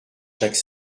chaque